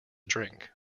drink